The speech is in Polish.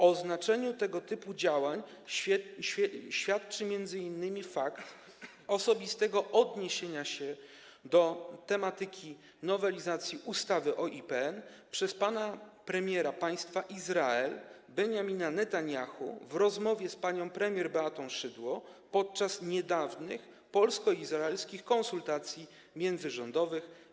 O znaczeniu tego typu działań świadczy m.in. fakt osobistego odniesienia się do tematyki nowelizacji ustawy o IPN przez premiera Państwa Izrael pana Benjamina Netanjahu w rozmowie z panią premier Beatą Szydło podczas niedawnych polsko-izraelskich konsultacji międzyrządowych.